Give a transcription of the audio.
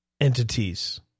entities